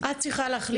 את צריכה להחליט,